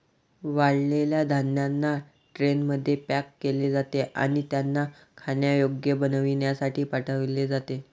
वाळलेल्या धान्यांना ट्रेनमध्ये पॅक केले जाते आणि त्यांना खाण्यायोग्य बनविण्यासाठी पाठविले जाते